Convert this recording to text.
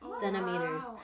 centimeters